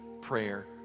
prayer